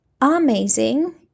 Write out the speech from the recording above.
amazing